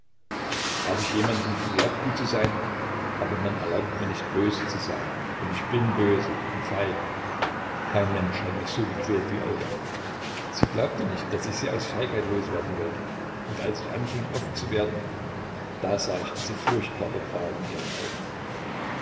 hab ich jemandem verwehrt gut zu sein aber man erlaubt mir nicht böse zu sein und ich bin böse und feig kein mensch hat mich so gequält wie olga sie glaubte nicht daß ich sie aus feigheit loswerden wollte und als ich anfing offen zu werden da sah ich diese furchtbare qual in ihren augen